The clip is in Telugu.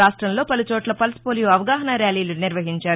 రాష్టంలో పలు చోట్ల పల్స్ పోలియో అవగాహనా ర్యాలీలు నిర్వహించారు